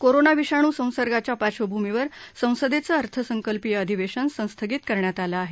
corona विषाणू संसर्गाच्या पार्श्वभूमीवर संसदेचं अर्थसंकल्पीय अधिवेशन संस्थगित करण्यात आलं आहे